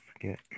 forget